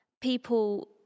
people –